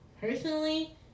personally